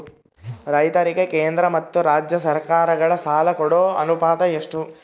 ರೈತರಿಗೆ ಕೇಂದ್ರ ಮತ್ತು ರಾಜ್ಯ ಸರಕಾರಗಳ ಸಾಲ ಕೊಡೋ ಅನುಪಾತ ಎಷ್ಟು?